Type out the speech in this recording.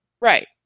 Right